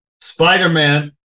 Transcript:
Spider-Man